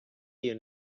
you